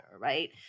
right